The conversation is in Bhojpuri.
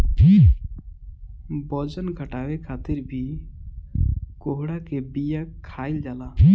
बजन घटावे खातिर भी कोहड़ा के बिया खाईल जाला